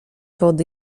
pod